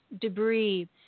debris